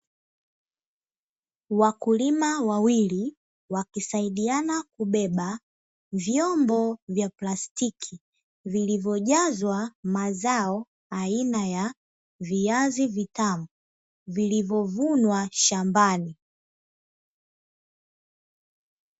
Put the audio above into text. Wakulima wawili, wakisaidiana kubeba vyombo vya plastiki vilivyojazwa mazao aina ya viazi vitamu, vilivyovunwa shambani.